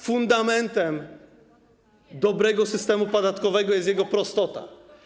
Fundamentem dobrego systemu podatkowego jest jego prostota.